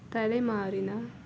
ತಲೆಮಾರಿನ